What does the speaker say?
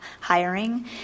hiring